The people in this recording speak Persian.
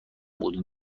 بود